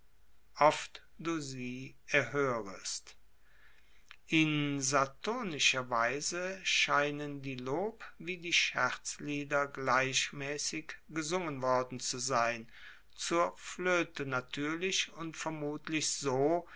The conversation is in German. oft du sie erhoerest in saturnischer weise scheinen die lob wie die scherzlieder gleichmaessig gesungen worden zu sein zur floete natuerlich und vermutlich so